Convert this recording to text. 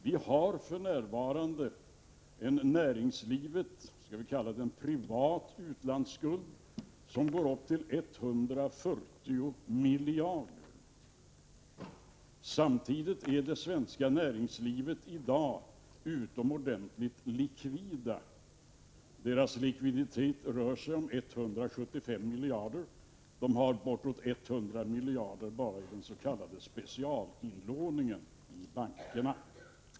Vi har för närvarande en, vi kan kalla den för privat, utlandsskuld i näringslivet som uppgår till 140 miljarder kronor. Samtidigt har det svenska näringslivet i dag utomordentligt god likviditet — dess likviditet rör sig omkring 175 miljarder. Näringslivet har bortåt 100 miljarder bara i den s.k. specialinlåningen i bankerna.